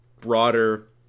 broader